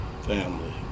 family